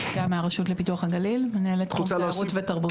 מהרשות לפיתוח הגליל, מנהלת תחום תיירות ותרבות.